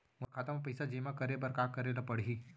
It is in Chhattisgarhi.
मोर खाता म पइसा जेमा करे बर का करे ल पड़ही?